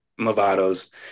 movados